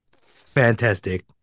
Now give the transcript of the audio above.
Fantastic